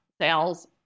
sales